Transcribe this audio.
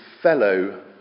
fellow